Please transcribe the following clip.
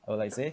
all I say